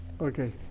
Okay